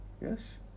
Yes